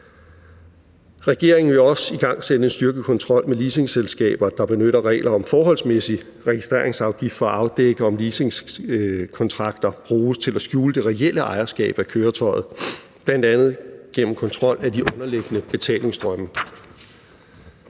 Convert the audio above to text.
Regeringen vil også igangsætte en styrket kontrol med leasingselskaber, der benytter regler om forholdsmæssig registreringsafgift, for at afdække, om leasingkontrakter bruges til at skjule det reelle ejerskab af køretøjet, bl.a. gennem kontrol af de underliggende betalingsstrømme.